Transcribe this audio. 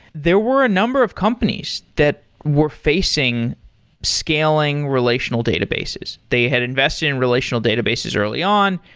there were a number of companies that were facing scaling relational databases. they had invested in relational databases early on.